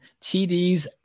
TDs